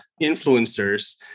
influencers